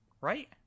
Right